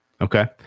Okay